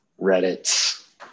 Reddit